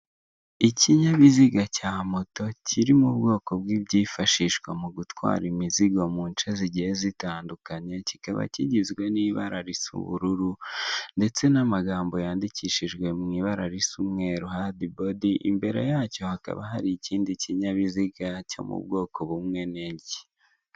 Ikinyabiziga cya moto kiri mu bwoko bw'ibyifashishwa mu gutwara imizigo mu nce zigiye zitandukanye kikaba kigizwe n'ibara risa ubururu ndetse n'amagambo yandikishijwe mu ibara ri'mweru hadibodi imbere yacyo hakaba hari ikindi kinyabiziga cyo mu bwoko bumwe niki.